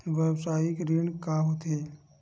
व्यवसायिक ऋण का होथे?